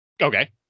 Okay